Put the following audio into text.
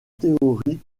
théorie